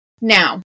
Now